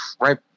right